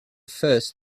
first